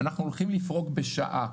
אנחנו הולכים לפרוק בשעה.